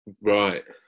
Right